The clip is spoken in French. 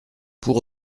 pour